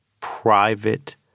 private